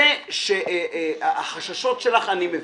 את החששות שלך אני מבין,